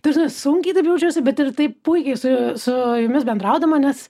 ta prasme sunkiai taip jaučiausi bet ir taip puikiai su su jumis bendraudama nes